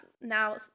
now